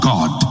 God